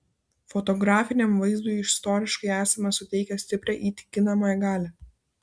fotografiniam vaizdui istoriškai esame suteikę stiprią įtikinamąją galią